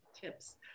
tips